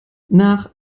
nach